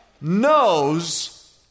knows